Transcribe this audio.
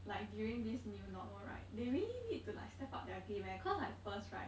like during this new normal right they really need to like step up their game eh cause like first right